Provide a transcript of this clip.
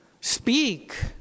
Speak